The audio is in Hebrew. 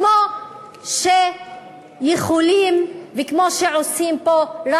כמו שיכולים וכמו שעושים פה,